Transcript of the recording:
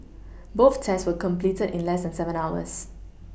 both tests were completed in less than seven hours